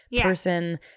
person